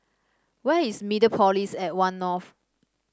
where is Mediapolis at One North